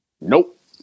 Nope